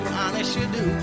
honest-you-do